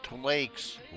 Lakes